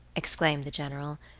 exclaimed the general,